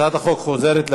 התשע"ז 2017,